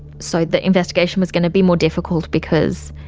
so the investigation was going to be more difficult because